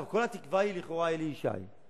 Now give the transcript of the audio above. כל התקווה היא לכאורה אלי ישי.